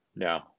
No